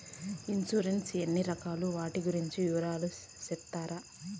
Insurance ఎన్ని రకాలు వాటి గురించి వివరాలు సెప్తారా?